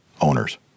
owners